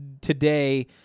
today